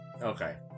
okay